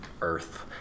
Earth